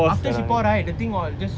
after she pour right the thing all just